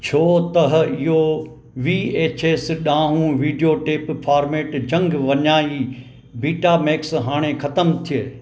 छो त इहो वी एच एस ॾांहुं वीडियोटेप फार्मेट जंग विञाई बीटामैक्स हाणे ख़तमु थिए